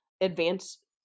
advanced